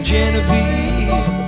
Genevieve